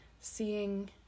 seeing